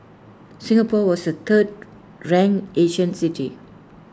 Singapore was the third ranked Asian city